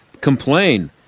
complain